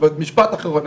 משפט אחרון.